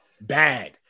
bad